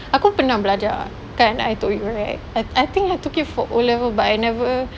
aku pernah belajar kan I told you right I I think I took it for O level but I never